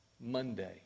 Monday